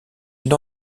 une